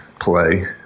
play